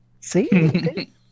See